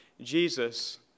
Jesus